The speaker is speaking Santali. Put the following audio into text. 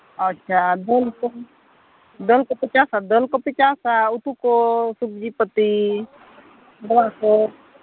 ᱟᱪᱪᱷᱟ ᱟᱨ ᱫᱟᱹᱞ ᱠᱚ ᱫᱟᱹᱞ ᱠᱚᱯᱮ ᱪᱟᱥᱟ ᱫᱟᱹᱞ ᱠᱚᱯᱮ ᱪᱟᱥᱟ ᱩᱛᱩ ᱠᱚ ᱥᱚᱵᱡᱤ ᱯᱟᱹᱛᱤ ᱱᱚᱣᱟ ᱠᱚ